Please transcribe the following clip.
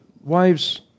wives